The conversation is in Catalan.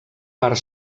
part